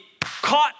caught